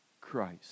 Christ